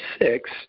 six